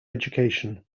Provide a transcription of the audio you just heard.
education